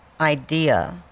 idea